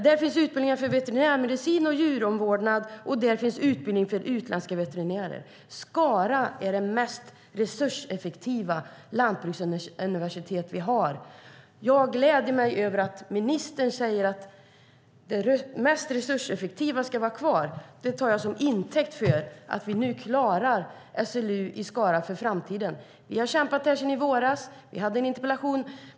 Där finns utbildningar för veterinärmedicin och djuromvårdnad och där finns utbildning för utländska veterinärer. Skara är det mest resurseffektiva lantbruksuniversitet vi har. Det gläder mig att ministern säger att det mest resurseffektiva ska vara kvar. Det tar jag som intäkt för att vi klarar SLU i Skara för framtiden. Vi har kämpat sedan i våras.